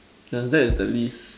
ya that is the least